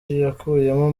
yakuyemo